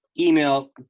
Email